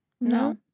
No